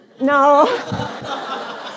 No